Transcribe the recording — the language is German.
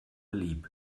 lieb